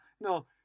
No